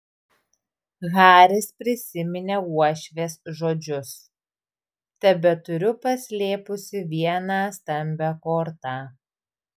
haris prisiminė uošvės žodžius tebeturiu paslėpusi vieną stambią kortą